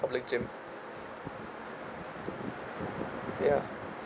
public gym ya